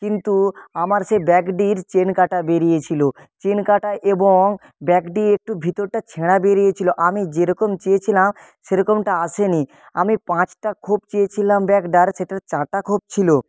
কিন্তু আমার সেই ব্যাগটির চেন কাটা বেরিয়ে ছিলো চেন কাটা এবং ব্যাগটি একটু ভিতরটা ছেঁড়া বেরিয়ে ছিলো আমি যেরকম চেয়েছিলাম সেরকমটা আসেনি আমি পাঁচটা খোপ চেয়েছিলাম ব্যাগটার সেটার চারটা খোপ ছিলো